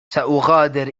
سأغادر